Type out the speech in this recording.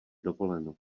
dovoleno